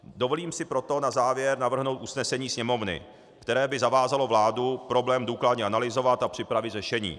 Dovolím si proto na závěr navrhnout usnesení Sněmovny, které by zavázalo vládu problém důkladně analyzovat a připravit řešení.